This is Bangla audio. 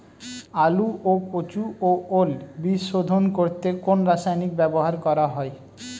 আলু ও কচু ও ওল বীজ শোধন করতে কোন রাসায়নিক ব্যবহার করা হয়?